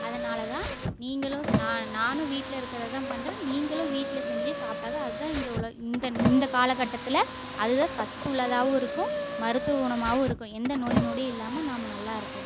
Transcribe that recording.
அதனால் தான் நீங்களும் நான் நானும் வீட்டில் இருக்கிறது தான் பண்றேன் நீங்களும் வீட்டில் செஞ்சு சாப்பிட்டா அது தான் இந்த உல இந்த இந்த காலக்கட்டத்தில் அது தான் சத்துள்ளதாகவும் இருக்கும் மருத்துவ குணமாகவும் இருக்கும் எந்த நோய் நொடி இல்லாமல் நாம் நல்லா இருக்கலாம்